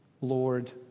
Lord